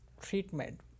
treatment